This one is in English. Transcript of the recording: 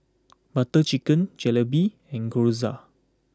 Butter Chicken Jalebi and Gyoza